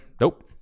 nope